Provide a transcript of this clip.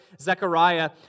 Zechariah